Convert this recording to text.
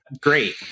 Great